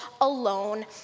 alone